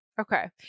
Okay